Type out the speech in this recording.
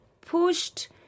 pushed